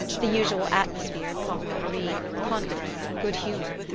the usual atmosphere of camaraderie, confidence, good-humour,